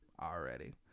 already